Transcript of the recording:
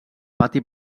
pati